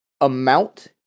amount